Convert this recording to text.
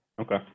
Okay